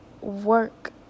work